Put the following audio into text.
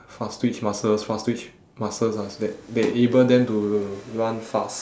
fast twitch muscles fast twitch muscles ah so that they able them to run fast